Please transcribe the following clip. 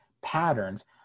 patterns